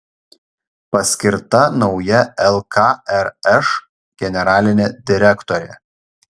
paskirta nauja lkrš generalinė direktorė